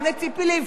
גם לציפי לבני,